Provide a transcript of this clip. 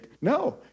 no